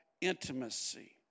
intimacy